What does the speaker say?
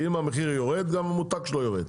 אם המחיר יורד גם המותג שלו יורד.